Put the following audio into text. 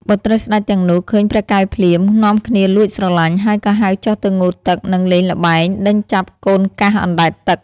បុត្រីស្ដេចទាំងនោះឃើញព្រះកែវភ្លាម នាំគ្នាលួចស្រឡាញ់ ហើយក៏ហៅចុះទៅងូតទឹកនិងលេងល្បែងដេញចាប់កូនកាសអណ្ដែតទឹក។